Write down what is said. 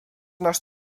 nasz